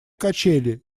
качели